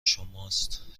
شماست